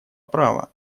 права